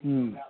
ہوں